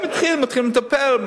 מתחילים לטפל,